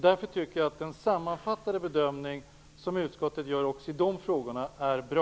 Därför tycker jag att den sammanfattande bedömningen som utskottet gör är bra även i de frågorna.